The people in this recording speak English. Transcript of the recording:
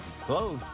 close